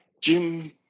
Jim